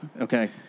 Okay